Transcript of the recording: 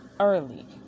early